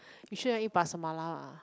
you sure you want eat pasar-malam ah